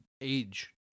age